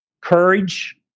courage